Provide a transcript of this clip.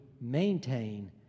maintain